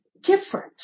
different